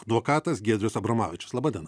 advokatas giedrius abromavičius laba diena